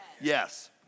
Yes